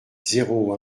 zéro